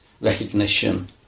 recognition